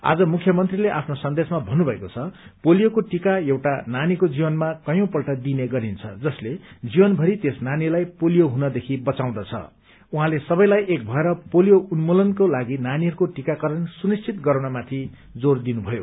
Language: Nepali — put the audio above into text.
आज मुख्यमन्त्रीले आफ्नो सन्देशमा भन्नुभएको छ पोलियोको टीका एउटा नानीको जीवनमा कयौं पल्ट दिइने गरिन्छ जसले जीवनभरि त्यस नानीलाई पोलियो हुनदेखि बचाउँदछ उइाँले सबैलाई एक भएर पोलियो उन्मूलनको लागि नानीहरूको टीकाकरण सुनिश्चित गराउनमाथि जोर दिनुभयो